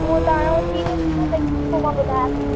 उहो तव्हांजो थी वञेव तयार पोइ मां ॿुधायव थो